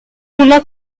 una